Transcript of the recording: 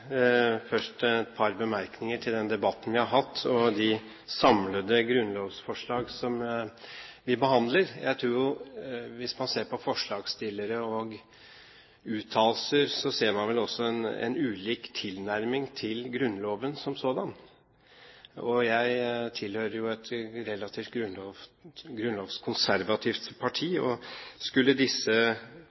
Først et par bemerkninger til den debatten vi har hatt, og de samlede grunnlovsforslag som vi behandler. Jeg tror at hvis man ser på forslagsstillere og uttalelser, vil man også se en ulik tilnærming til Grunnloven som sådan. Jeg tilhører et relativt grunnlovskonservativt parti, og skulle alle disse